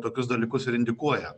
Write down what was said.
tokius dalykus ir indikuoja